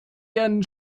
ihren